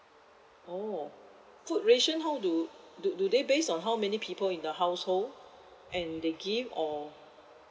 oh food ration how do do do they base on how many people in the household and they give or